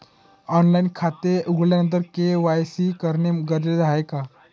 Online खाते उघडल्यानंतर KYC करणे गरजेचे आहे का?